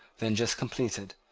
then just completed,